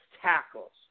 tackles